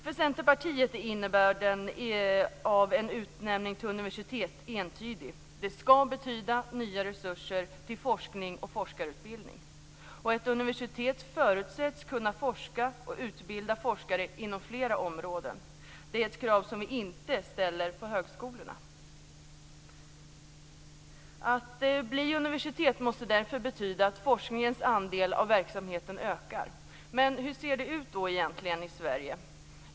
För Centerpartiet är innebörden av en utnämning till universitet entydig: Det skall betyda nya resurser till forskning och forskarutbildning. Ett universitet förutsätts kunna forska och utbilda forskare inom flera områden. Det är ett krav som vi inte ställer på högskolorna. Att bli universitet måste därför betyda att forskningens andel av verksamheten ökar. Men hur ser det då ut egentligen i Sverige?